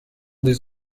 des